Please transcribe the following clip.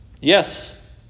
Yes